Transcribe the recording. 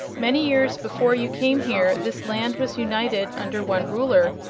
many years before you came here this land was united under one ruler,